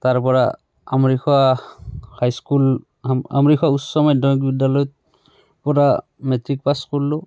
তাৰপৰা Amarikhowa high school আম আমৰিখোৱা উচ্চ মাধ্যমিক বিদ্যালয়ত পৰা মেট্ৰিক পাছ কৰিলোঁ